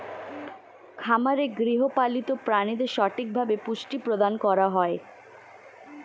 খামারে গৃহপালিত প্রাণীদের সঠিকভাবে পুষ্টি প্রদান করা হয়